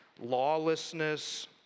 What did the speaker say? lawlessness